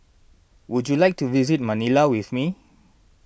would you like to visit Manila with me